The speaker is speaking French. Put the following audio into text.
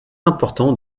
important